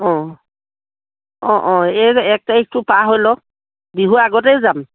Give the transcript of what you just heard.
অঁ অঁ অঁ এই এক তাৰিখটো পাৰ হৈ লওক বিহুৰ আগতেই যাম